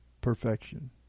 perfection